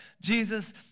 Jesus